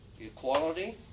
equality